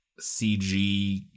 CG